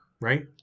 Right